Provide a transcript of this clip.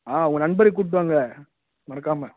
ஆ உங்கள் நண்பரையும் கூட்டு வாங்க மறக்காமல்